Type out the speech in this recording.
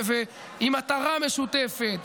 עם מטרה משותפת,